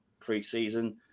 preseason